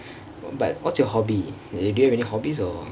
but what's your hobby do you have any hobbies or